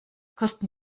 kosten